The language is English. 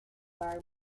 are